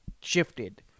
shifted